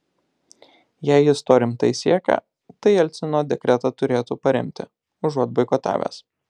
jei jis to rimtai siekia tai jelcino dekretą turėtų paremti užuot boikotavęs